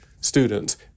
students